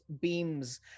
beams